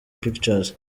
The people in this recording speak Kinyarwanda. pictures